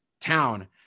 town